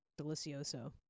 delicioso